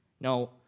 No